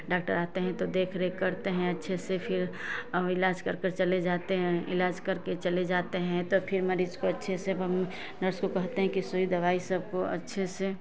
doctor आते हैं तो देख रेख करते हैं अच्छे से फिर इलाज कर कर चले जाते हैं इलाज करके चले जाते हैं ता फिर मरीज को अच्छे से नर्स को अच्छे से कहते हैं कि सुई दवाई सबको अच्छे से